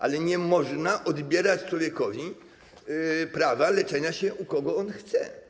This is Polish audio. Ale nie można odbierać człowiekowi prawa do leczenia się, u kogo on chce.